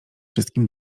wszystkim